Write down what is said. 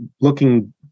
looking